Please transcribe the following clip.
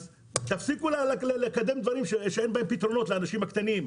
אז תפסיקו לקדם שאין בהם פתרונות לאנשים הקטנים.